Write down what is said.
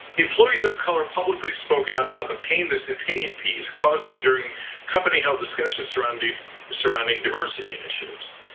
employees of color publicly spoke out about the pain this opinion piece caused them during company held discussions surrounding surrounding diversity initiatives.